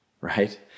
Right